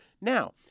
Now